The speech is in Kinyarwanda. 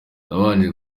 nabanje